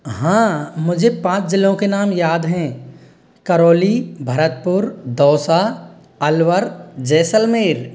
हाँ मुझे पाँच ज़िलों के नाम याद हैं करौली भरतपुर दौसा अलवर जैसलमेर